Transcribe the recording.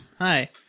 Hi